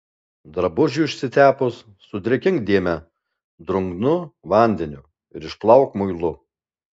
drabužiui išsitepus sudrėkink dėmę drungnu vandeniu ir išplauk muilu